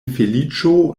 feliĉo